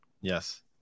Yes